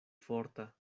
forta